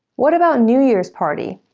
what about new year's party?